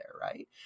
right